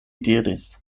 diris